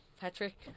Patrick